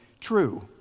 true